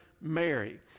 Mary